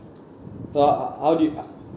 so uh how do you uh